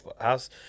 house